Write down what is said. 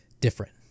different